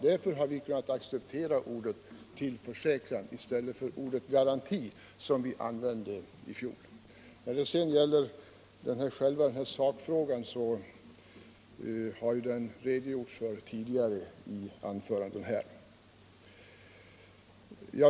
Därför har vi kunnat acceptera ordet tillförsäkran i stället för ordet garanti, som användes i fjol. Själva sakfrågan har ju refererats i tidigare anföranden.